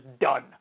done